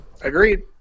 Agreed